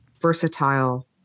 versatile